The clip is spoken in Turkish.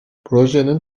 projenin